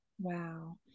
Wow